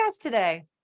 today